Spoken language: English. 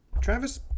Travis